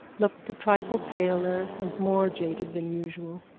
looked a trifle paler and more jaded than usual.